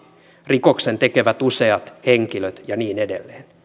rikoksen tekevät useat henkilöt ja niin edelleen